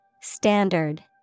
Standard